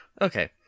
Okay